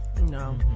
No